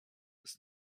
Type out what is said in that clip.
ist